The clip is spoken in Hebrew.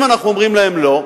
אם אנחנו אומרים להם לא,